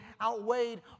outweighed